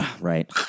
Right